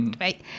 right